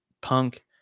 punk